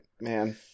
man